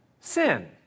sin